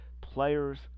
Players